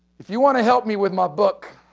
if you want to help me with my book,